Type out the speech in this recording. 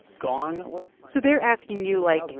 gone? so they're asking you, like,